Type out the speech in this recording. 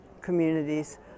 communities